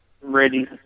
ready